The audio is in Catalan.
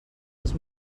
els